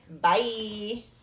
Bye